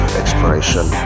exploration